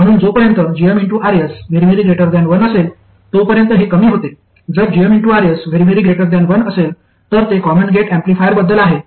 म्हणून जोपर्यंत gmRs 1 असेल तोपर्यंत हे कमी होते जर gmRs 1 असेल तर ते कॉमन गेट ऍम्प्लिफायरबद्दल आहे